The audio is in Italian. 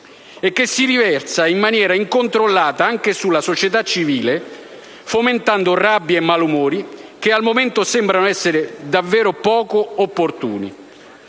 e che si riversa in maniera incontrollata anche sulla società civile, fomentando rabbia e malumori che al momento sembrano essere davvero poco opportuni.